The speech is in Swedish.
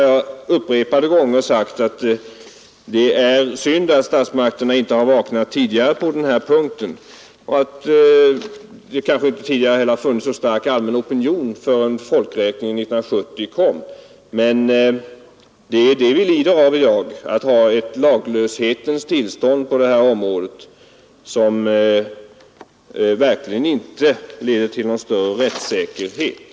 Jag har sagt att det är synd att statsmakterna inte vaknat tidigare och att det kan bero på att det inte har funnits en så stark allmän opinion förrän folkoch bostadsräkningen kom 1970. Vi lider i dag av att ha ett laglöshetens tillstånd på detta område som verkligen inte leder till någon rättssäkerhet.